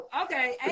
Okay